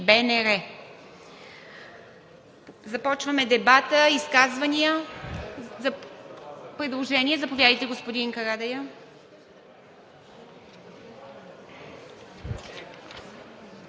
БНР. Започваме дебата. Изказвания? Предложение – заповядайте, господин Карадайъ.